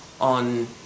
on